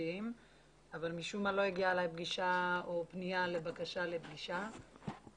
הסביבתיים אבל משום מה לא הגיעה אלי פנייה לבקשה לפגישה וחבל.